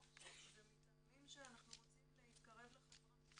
לא, זה מטעמים שאנחנו רוצים להתקרב לחברה.